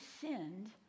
sinned